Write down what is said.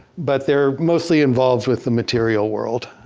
but they're mostly involved with the material world.